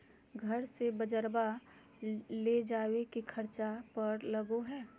घर से बजार ले जावे के खर्चा कर लगो है?